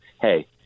hey